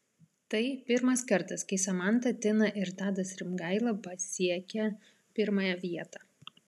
tai pirmas kartas kai samanta tina ir tadas rimgaila pasiekią pirmąją vietą